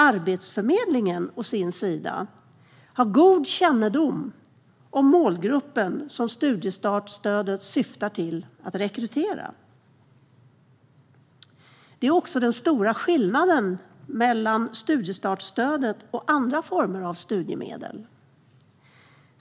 Arbetsförmedlingen å sin sida har god kännedom om den målgrupp som studiestartsstödet syftar till att rekrytera. Det är också den stora skillnaden mellan studiestartsstödet och andra former av studiemedel.